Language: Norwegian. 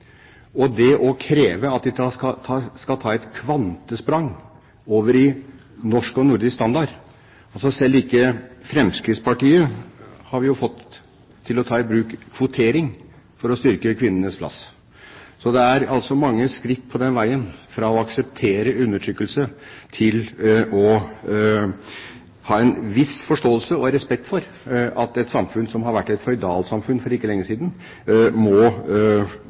og det å kreve at de skal ta et kvantesprang over i norsk og nordisk standard. Selv ikke Fremskrittspartiet har vi fått til å ta i bruk kvotering for å styrke kvinnenes plass. Det er altså mange skritt på veien fra å akseptere undertrykkelse til å ha en viss forståelse og respekt for at et samfunn som var et føydalsamfunn for ikke lenge siden, må